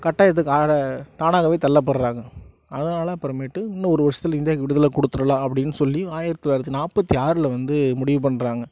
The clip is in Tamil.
கட்டாயத்துக்கு ஆற தானாகவே தள்ளப்படறாங்க அதனால அப்புறமேட்டு இன்னும் ஒரு வருஷத்தில் இந்தியாவுக்கு விடுதலை கொடுத்துடலாம் அப்படினு சொல்லி ஆயிரத்தி தொள்ளாயிரத்தி நாற்பத்தி ஆறில் வந்து முடிவு பண்ணுறாங்க